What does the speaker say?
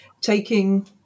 taking